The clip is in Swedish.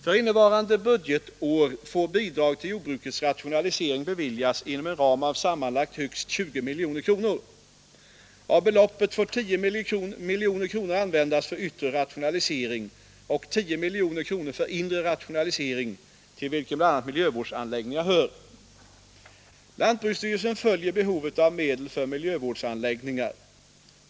För innevarande budgetår får bidrag till jordbrukets rationalisering beviljas inom en ram av sammanlagt högst 20 miljoner kronor. Av beloppet får 10 miljoner kronor användas för yttre rationalisering och 10 miljoner kronor för inre rationalisering till vilken bl.a. miljövårdsanlägg ningar hör. Lantbruksstyrelsen följer behovet av medel för miljövårdsanläggningar.